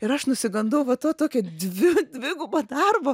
ir aš nusigandau va to tokio dvi dvigubo darbo